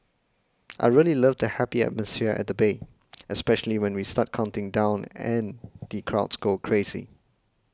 I really love the happy atmosphere at the bay especially when we start counting down and the crowds go crazy